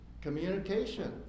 Communication